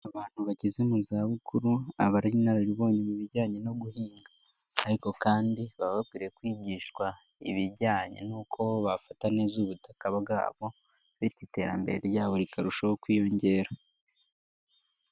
Abantu bageze mu zabukuru aba ari inararibonye mu bijyanye no guhinga ariko kandi baba bakwiye kwigishwa ibijyanye nuko bafata neza ubutaka bwabo bityo iterambere ryabo rikarushaho kwiyongera.